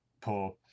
poor